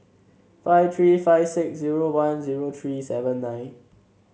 five three five six zero one zero three seven nine